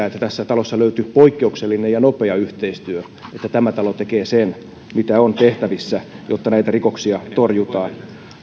että tässä talossa löytyi poikkeuksellinen ja nopea yhteistyö että tämä talo tekee sen mitä on tehtävissä jotta näitä rikoksia torjutaan